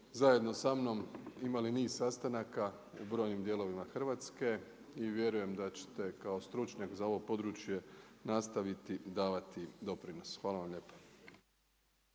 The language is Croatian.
zajedno sa mnom imali niz sastanaka u brojnim dijelovima Hrvatske i vjerujem da ćete kao stručnjak za ovo područje nastaviti davati doprinos. Hvala vam lijepa.